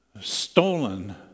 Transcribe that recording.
stolen